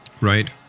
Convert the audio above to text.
Right